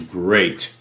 great